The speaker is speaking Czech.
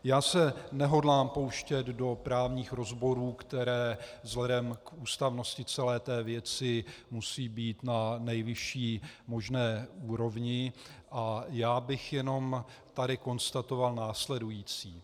Já se nehodlám pouštět do právních rozborů, které vzhledem k ústavnosti celé té věci musí být na nejvyšší možné úrovni, a tady bych jenom konstatoval následující.